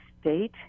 state